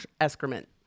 excrement